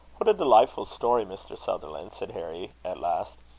what a delightful story, mr. sutherland! said harry, at last.